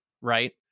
right